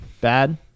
bad